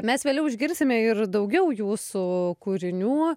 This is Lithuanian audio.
mes vėliau išgirsime ir daugiau jūsų kūrinių